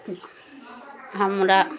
सुख हमरा